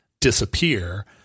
disappear